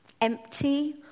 Empty